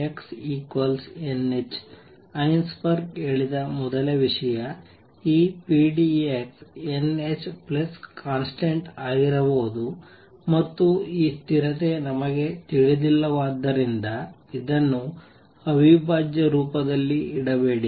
Heisenberg ಹೇಳಿದ ಮೊದಲ ವಿಷಯ ಈ pdx nhconstant ಆಗಿರಬಹುದು ಮತ್ತು ಈ ಸ್ಥಿರತೆ ನಮಗೆ ತಿಳಿದಿಲ್ಲವಾದ್ದರಿಂದ ಇದನ್ನು ಅವಿಭಾಜ್ಯ ರೂಪದಲ್ಲಿ ಇಡಬೇಡಿ